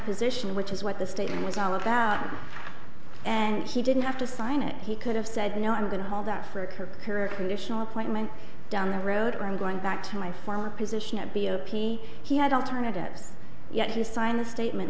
position which is what the statement was all about and he didn't have to sign it he could have said no i'm going to hold out for her a conditional appointment down the road i'm going back to my former position at b o p he had alternatives yet to sign the statement